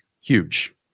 Huge